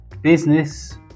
Business